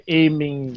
aiming